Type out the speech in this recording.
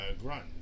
Grunt